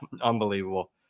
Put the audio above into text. unbelievable